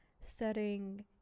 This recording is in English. setting